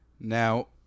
Now